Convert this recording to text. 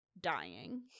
dying